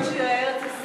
אוהב את שירי ארץ-ישראל.